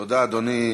תודה, אדוני.